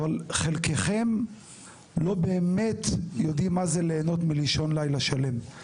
אבל חלקכם לא באמת יודעים מה זה להנות מלישון לילה שלם.